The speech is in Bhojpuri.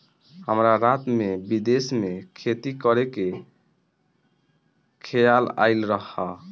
हमरा रात में विदेश में खेती करे के खेआल आइल ह